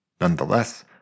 Nonetheless